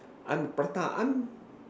I'm prata I'm